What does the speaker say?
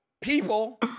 people